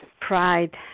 Pride